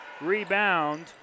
Rebound